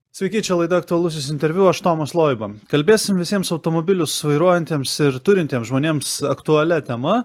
sveiki čia laida aktualusis interviu aš tomas loiba kalbėsim visiems automobilius vairuojantiems ir turintiems žmonėms aktualia tema